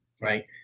right